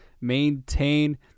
maintain